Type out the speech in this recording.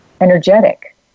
energetic